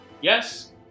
Yes